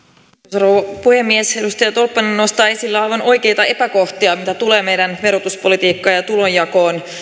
rouva puhemies edustaja tolppanen nostaa esille aivan oikeita epäkohtia mitä tulee meidän verotuspolitiikkaan ja tulonjakoon